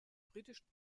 britischen